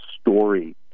story